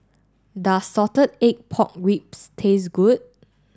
does Salted Egg Pork Ribs taste good